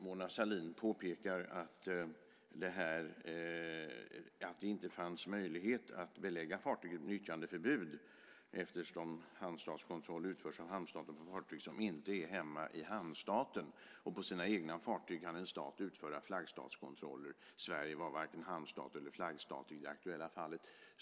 Mona Sahlin påpekar att det inte fanns möjlighet att belägga fartyget med nyttjandeförbud eftersom hamnstatskontroll utförs av hamnstaten på fartyg som inte hör hemma i hamnstaten, och på sina egna fartyg kan en stat utföra flaggstatskontroller. Sverige var varken hamnstat eller flaggstat i det aktuella fallet.